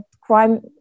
crime